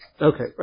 Okay